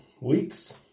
weeks